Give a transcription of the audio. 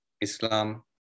Islam